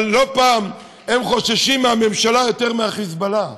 אבל לא פעם הם חוששים מהממשלה יותר מה"חיזבאללה",